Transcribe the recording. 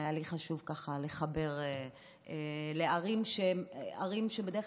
היה לי חשוב לחבר לערים שהן ערים שבדרך